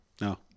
No